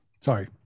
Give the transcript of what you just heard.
Sorry